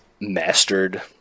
mastered